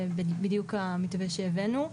זה בדיוק המתווה שהבאנו.